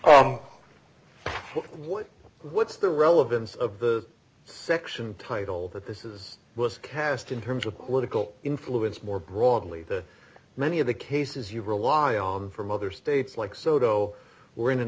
e what what's the relevance of the section title that this is was cast in terms of political influence more broadly that many of the cases you rely on from other states like soto were in an